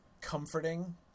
comforting